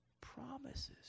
promises